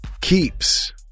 Keeps